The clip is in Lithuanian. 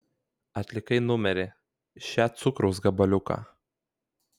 atlikai numerį še cukraus gabaliuką